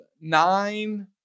nine